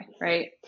Right